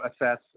assess